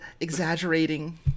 Exaggerating